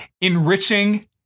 enriching